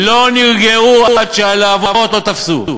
לא נרגעו עד שהלהבות לא תפסו.